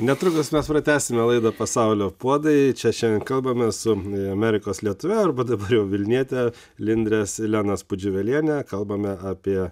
netrukus mes pratęsime laidą pasaulio puodai čia šiandien kalbame su amerikos lietuve arba dabar jau vilniete lindre silenaspudžiuveliene kalbame apie